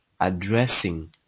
addressing